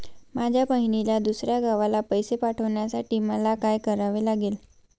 माझ्या बहिणीला दुसऱ्या गावाला पैसे पाठवण्यासाठी मला काय करावे लागेल?